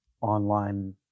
online